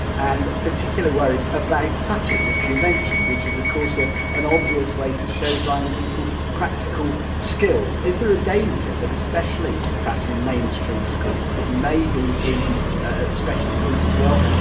and particularly worries about touching, which you've mentioned, which is of course, ah an obvious way to show blind people practical skills. is there a danger that especially perhaps in mainstream schools, but maybe in special schools as well,